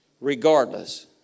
Regardless